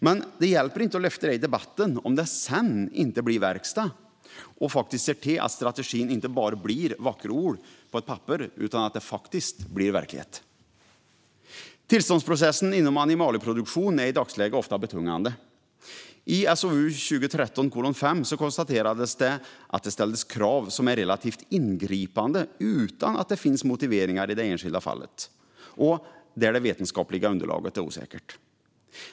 Men det hjälper inte att lyfta den i debatten om det inte sedan blir verkstad och vi ser till att strategin inte bara blir vackra ord på ett papper utan faktiskt blir verklighet. Tillståndsprocessen inom animalieproduktionen är i dagsläget ofta betungande. I SOU 2013:5 konstaterades att det ställs krav som är relativt ingripande utan att det finns motiveringar i det enskilda fallet och där det vetenskapliga underlaget är osäkert.